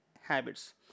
habits